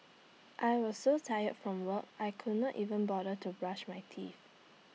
I was so tired from work I could not even bother to brush my teeth